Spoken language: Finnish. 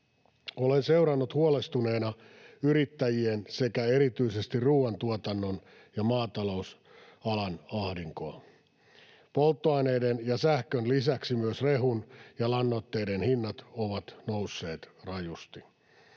Olen seurannut huolestuneena yrittäjien sekä erityisesti ruoantuotannon ja maatalous-alan ahdinkoa. Polttoaineiden ja sähkön lisäksi myös rehun ja lannoitteiden hinnat ovat nousseet rajusti.